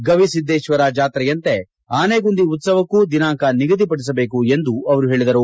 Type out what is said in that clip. ಗವಿ ಸಿದ್ದೇಶ್ವರ ಜಾತ್ರೆಯಂತೆ ಆನೆಗುಂದಿ ಉತ್ಸವಕ್ಕೂ ದಿನಾಂಕ ನಿಗದಿಪಡಿಸಬೇಕು ಎಂದು ಅವರು ಹೇಳಿದರು